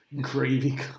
gravy